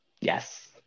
Yes